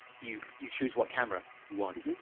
you, you choose what camera you want.